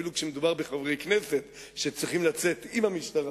אפילו כשמדובר בחברי כנסת שצריכים לצאת עם המשטרה,